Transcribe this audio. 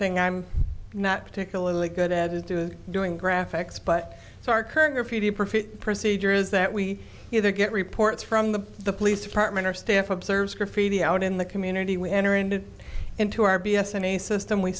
thing i'm not particularly good at is doing doing graphics but it's our curfew the profit procedure is that we either get reports from the the police department our staff observes graffiti out in the community we enter into into our b s in a system we